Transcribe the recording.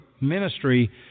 ministry